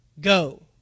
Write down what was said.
go